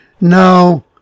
No